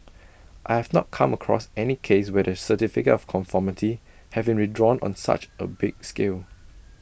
I have not come across any case where the certificate of conformity have been withdrawn on such A big scale